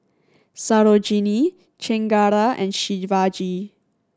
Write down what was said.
Sarojini Chengara and Shivaji